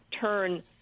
turn